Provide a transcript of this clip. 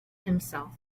himself